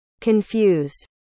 Confused